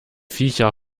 viecher